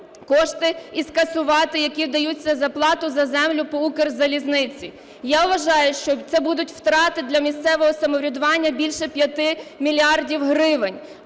кошти і скасувати, які даються за плату за землю по "Укрзалізниці". Я вважаю, що це будуть втрати для місцевого самоврядування більше 5 мільярдів гривень.